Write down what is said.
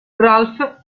ralph